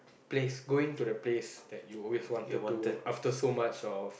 place going to the place that you always wanted to after so much of